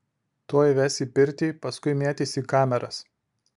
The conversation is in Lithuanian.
tuoj ves į pirtį paskui mėtys į kameras